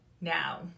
now